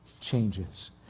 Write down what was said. changes